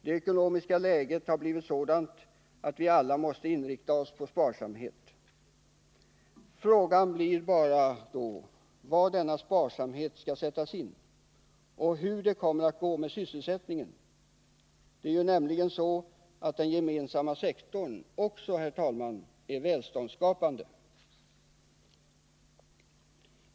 Det ekonomiska läget är sådant att vi alla måste inrikta oss på sparsamhet. Frågan blir då var denna sparsamhet skall sättas in och hur det kommer att gå med sysselsättningen. Det är ju nämligen så, herr talman, att också den gemensamma sektorn är välståndsskapande.